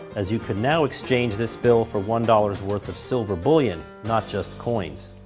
as you could now exchange this bill for one dollar's worth of silver bullion, not just coins.